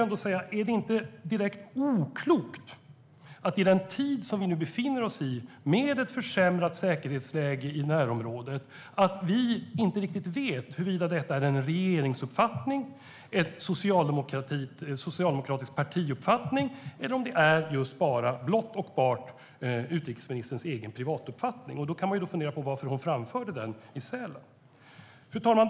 Är det inte direkt oklokt att vi i den tid som vi nu befinner oss i, med ett försämrat säkerhetsläge i närområdet, inte riktigt vet huruvida detta är en regeringsuppfattning, en socialdemokratisk partiuppfattning eller blott och bart utrikesministerns egen privata uppfattning? I det sista fallet kan man fundera på varför hon framförde den i Sälen. Fru talman!